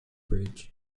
bridge